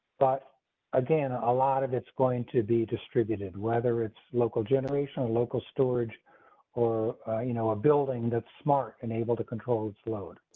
but again, a lot of it's going to be distributed, whether it's local generation or local storage or you know a building that's smart and able to control the load.